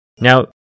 Now